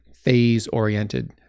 phase-oriented